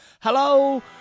hello